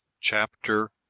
Chapter